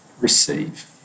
receive